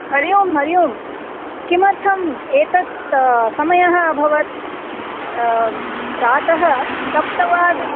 हरिः ओं हरिः ओं किमर्थम् एतत् समयः अभवत् प्रातः सप्तवादनं